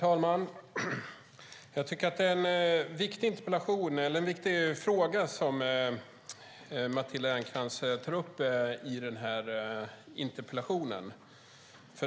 Herr talman! Det är en viktig fråga som Matilda Ernkrans tar upp i denna interpellation.